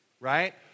right